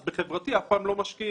אז בחברתי אף פעם לא משקיעים.